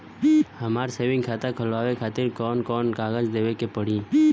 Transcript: हमार सेविंग खाता खोलवावे खातिर कौन कौन कागज देवे के पड़ी?